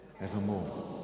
evermore